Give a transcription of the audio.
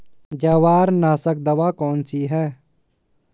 जवार नाशक दवा कौन सी है?